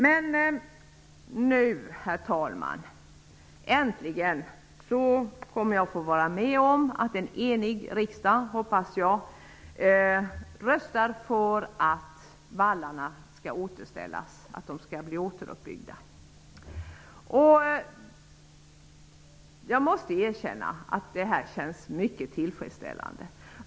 Men nu, herr talman, kommer jag äntligen att få vara med om att en, som jag hoppas enig riksdag röstar för att vallarna skall bli återuppbyggda. Jag måste erkänna att det känns mycket tillfredsställande.